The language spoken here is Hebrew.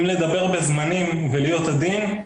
אם לדבר בזמנים ולהיות עדין,